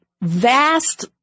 vast